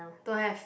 don't have